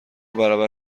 برابر